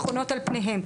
נכונות על פניהן.